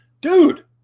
dude